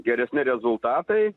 geresni rezultatai